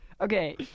Okay